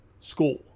school